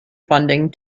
funding